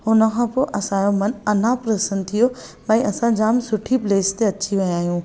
हुन खां पोइ असांजो मन अञां प्रसनु थी वियो असां जाम सुठी प्लेसु ते अची विया आहियूं